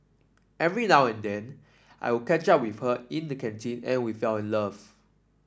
every now and then I would catch up with her in the canteen and we fell in love